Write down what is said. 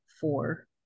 four